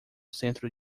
centro